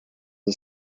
are